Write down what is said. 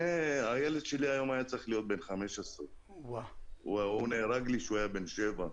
הילד שלי היה צריך להיות היום בן 15. הוא נהרג כשהוא היה בן שבע.